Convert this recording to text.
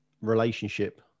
relationship